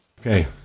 Okay